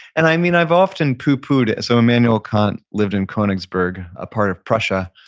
and i mean, i've often poo-pood it. so, immanuel kant lived in konigsberg, a part of prussia,